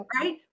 Right